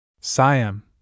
Siam